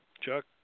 Chuck